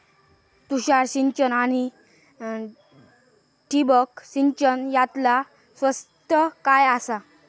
तुषार सिंचन आनी ठिबक सिंचन यातला स्वस्त काय आसा?